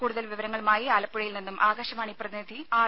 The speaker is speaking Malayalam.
കൂടുതൽ വിവരങ്ങളുമായി ആലപ്പുഴയിൽ നിന്നും ആകാശവാണി പ്രതിനിധി ആർ